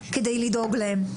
כדי לדאוג להם.